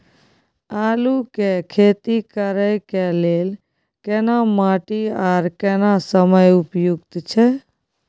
आलू के खेती करय के लेल केना माटी आर केना समय उपयुक्त छैय?